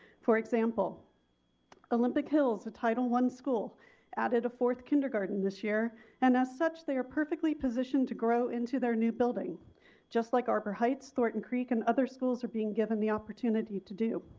for example olympic hills, a title one school added a fourth kindergarten this year and as such they are perfectly positioned to grow into their new building just like arbor heights, thornton creek and other schools are being given the opportunity to do.